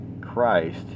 Christ